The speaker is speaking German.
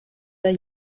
der